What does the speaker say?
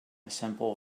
simple